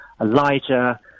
Elijah